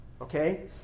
Okay